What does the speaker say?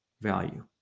value